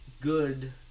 Good